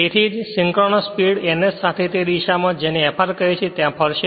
તેથી તે જ સિંક્રનસ સ્પીડ ns સાથે તે દિશામાં જેને Fr કહે છે ત્યાં ફરશે